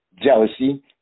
jealousy